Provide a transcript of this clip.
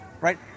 right